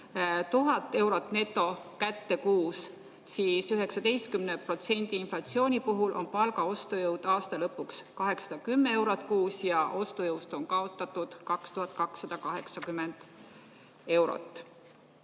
1000 eurot kuus neto kätte, siis 19% inflatsiooni puhul on palga ostujõud aasta lõpuks 810 eurot kuus ja ostujõust on kaotatud 2280 eurot. Nüüd,